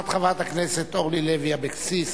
ביוזמת חברת הכנסת אורלי לוי אבקסיס,